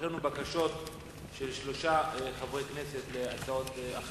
יש לנו בקשות של שלושה חברי כנסת להצעות אחרות.